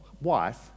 wife